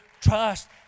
trust